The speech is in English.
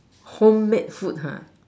home made food ha